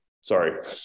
Sorry